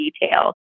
detail